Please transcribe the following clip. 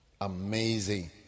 amazing